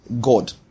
God